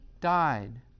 died